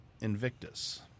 Invictus